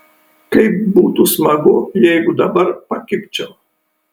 kaip būtų smagu jeigu dabar pakibčiau